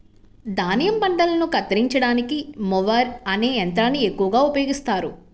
ధాన్యం పంటలను కత్తిరించడానికి మొవర్ అనే యంత్రాన్ని ఎక్కువగా వినియోగిస్తారు